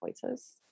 voices